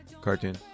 cartoon